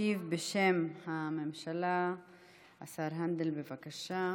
משיב בשם הממשלה השר הנדל, בבקשה.